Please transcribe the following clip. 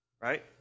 right